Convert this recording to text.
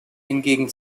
hingegen